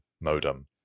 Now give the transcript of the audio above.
modem